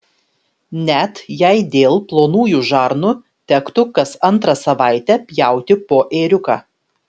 net jei dėl plonųjų žarnų tektų kas antrą savaitę pjauti po ėriuką